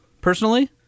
personally